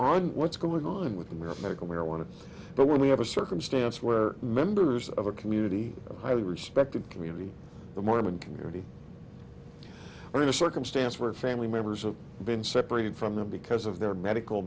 on what's going on with the medical marijuana but when we have a circumstance where members of a community of highly respected community the mormon community are in a circumstance where family members of been separated from the because of their medical